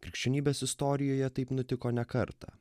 krikščionybės istorijoje taip nutiko ne kartą